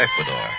Ecuador